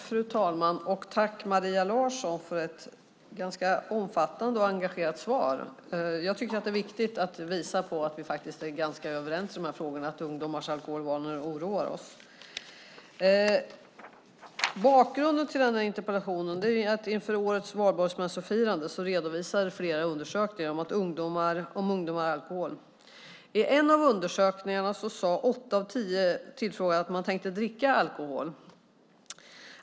Fru talman! Tack, Maria Larsson, för ett ganska omfattande och engagerat svar. Jag tycker att det är viktigt att visa på att vi faktiskt är ganska överens i de här frågorna och att ungdomars alkoholvanor oroar oss. Bakgrunden till interpellationen är att det inför årets valborgsmässofirande redovisades flera undersökningar om ungdomar och alkohol. I en av undersökningarna sade åtta av tio tillfrågade att de tänkte dricka alkohol.